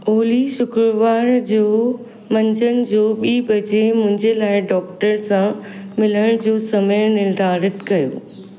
ओली शुक्रवार जो मंझंदि जो ॿी बजे मुंहिंजे लाइ डॉक्टर सां मिलण जो समय निर्धारित कयो